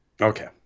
Okay